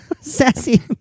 sassy